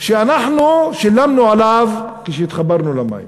שאנחנו שילמנו עליו כשהתחברנו למים.